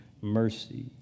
mercy